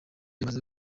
imaze